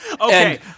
Okay